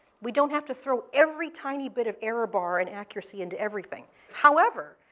we don't have to throw every tiny bit of error bar and accuracy into everything. however,